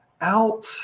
Out